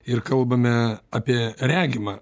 ir kalbame apie regimą